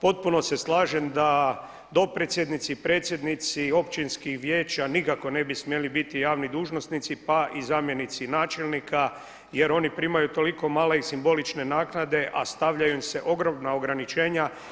Potpuno se slažem da dopredsjednici, predsjednici općinskih vijeća nikako ne bi smjeli biti javni dužnosnici, pa i zamjenici načelnika jer oni primaju toliko male i simbolične naknade, a stavljaju im se ogromna ograničenja.